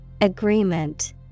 Agreement